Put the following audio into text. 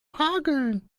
hageln